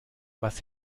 was